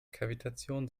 kavitation